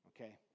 Okay